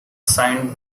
signed